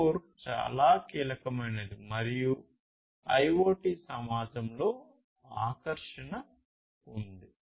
CoRE చాలా కీలకమైనది మరియు IoT సమాజంలో ఆకర్షణ ఉంది